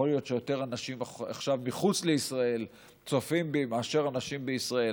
יכול להיות שעכשיו יותר אנשים מחוץ לישראל צופים בי מאשר אנשים בישראל,